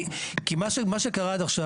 כי מה שקרה עד עכשיו,